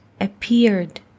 appeared